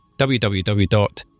www